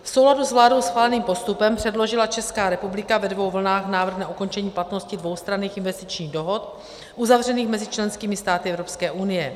V souladu s vládou schváleným postupem předložila Česká republika ve dvou vlnách návrh na ukončení platnosti dvoustranných investičních dohod uzavřených mezi členskými státy Evropské unie.